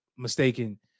mistaken